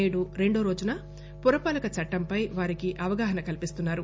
నేడు రెండోరోజున పురపాలక చట్టంపై వారికి అవగాహన కల్పిస్తున్నారు